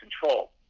control